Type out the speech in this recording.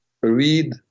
read